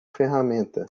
ferramenta